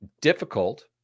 difficult